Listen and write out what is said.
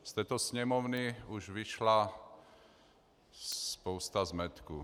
Z této Sněmovny už vyšla spousta zmetků.